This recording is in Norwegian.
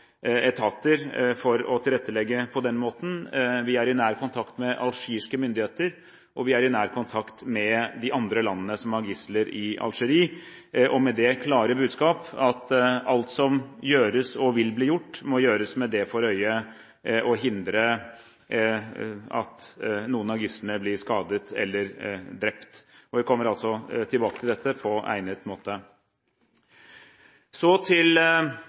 etater for å tilrettelegge på denne måten. Vi er i nær kontakt med algeriske myndigheter, og vi er i nær kontakt med de andre landene som har gisler i Algerie, med det klare budskap at alt som gjøres og vil bli gjort, må gjøres med det for øye å hindre at noen av gislene blir skadet eller drept. Vi kommer tilbake til dette på egnet måte. Så til